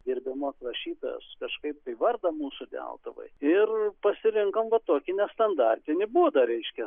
gerbiamos rašytojos kažkaip tai vardą mūsų deltuvoj ir pasirinkome va tokį nestandartinį būdą reiškias